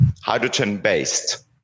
hydrogen-based